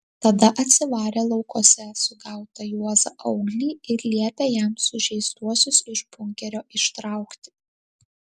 tada atsivarė laukuose sugautą juozą auglį ir liepė jam sužeistuosius iš bunkerio ištraukti